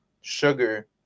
sugar